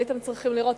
הייתם צריכים לראות,